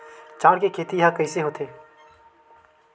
चांउर के खेती ह कइसे होथे?